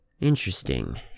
interesting